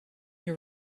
your